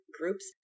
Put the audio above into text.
groups